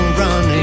running